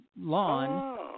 lawn